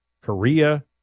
Korea